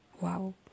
Wow